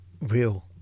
real